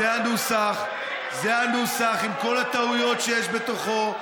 זה הנוסח, עם כל הטעויות שיש בתוכו.